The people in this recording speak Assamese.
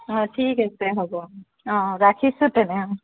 অঁ ঠিক আছে হ'ব অঁ ৰাখিছোঁ তেনে অঁ